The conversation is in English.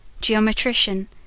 Geometrician